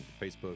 Facebook